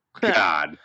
God